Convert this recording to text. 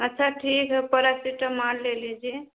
अच्छा ठीक है परासिटामोल ले लीजिए